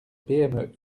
pme